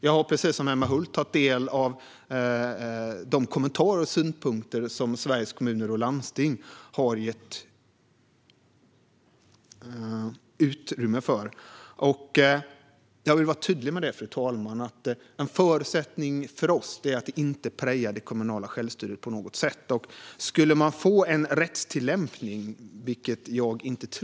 Jag har, precis som Emma Hult, tagit del av de kommentarer och synpunkter som Sveriges Kommuner och Landsting har framfört. Jag vill vara tydlig med, fru talman, att en förutsättning för oss är att regionplaneringen inte prejar det kommunala självstyret på något sätt.